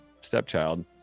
stepchild